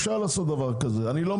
אפשר לעשות דבר כזה.